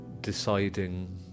deciding